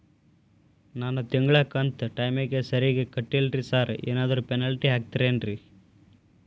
ನಾನು ತಿಂಗ್ಳ ಕಂತ್ ಟೈಮಿಗ್ ಸರಿಗೆ ಕಟ್ಟಿಲ್ರಿ ಸಾರ್ ಏನಾದ್ರು ಪೆನಾಲ್ಟಿ ಹಾಕ್ತಿರೆನ್ರಿ?